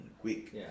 quick